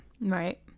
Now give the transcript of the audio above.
Right